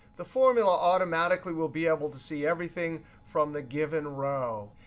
the formula automatically will be able to see everything from the given row.